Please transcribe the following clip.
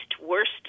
worst